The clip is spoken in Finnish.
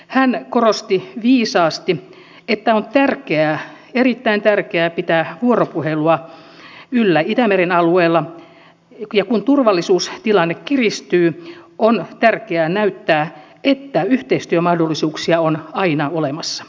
hän korosti viisaasti että on erittäin tärkeää pitää yllä vuoropuhelua itämeren alueella ja kun turvallisuustilanne kiristyy on tärkeää näyttää että yhteistyömahdollisuuksia on aina olemassa